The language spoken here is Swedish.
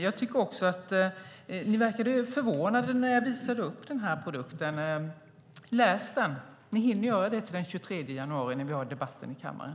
Jag tycker också att ni verkade förvånade när jag visade upp den här produkten. Läs den! Ni hinner göra det till den 23 januari när vi har debatten i kammaren.